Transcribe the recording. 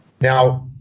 Now